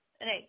right